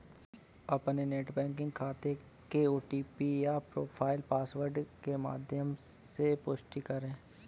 अपने net banking खाते के ओ.टी.पी या प्रोफाइल पासवर्ड के माध्यम से पुष्टि करें